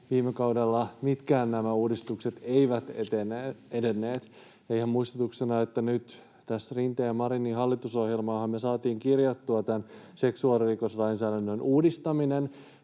Viime kaudella mitkään nämä uudistukset eivät edenneet, ja ihan muistutuksena, että nyt Rinteen ja Marinin hallitusohjelmaanhan me saatiin kirjattua seksuaalirikoslainsäädännön uudistaminen,